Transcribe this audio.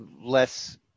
less